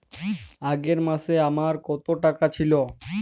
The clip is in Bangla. আগের মাসে আমার কত টাকা ছিল?